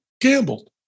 gambled